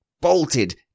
bolted